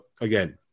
again